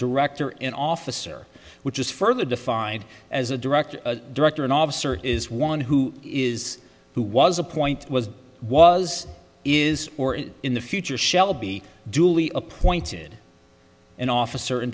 director an officer which is further defined as a director a director an officer is one who is who was a point was was is or is in the future shall be duly appointed an officer and